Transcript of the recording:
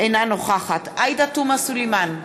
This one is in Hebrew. אינה נוכחת עאידה תומא סלימאן,